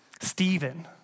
Stephen